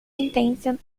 intensa